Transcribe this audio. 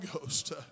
Ghost